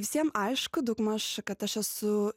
visiem aišku daugmaž kad aš esu